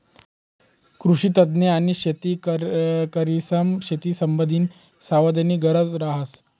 कृषीतज्ञ आणि शेतकरीसमा शेतीसंबंधीना संवादनी गरज रहास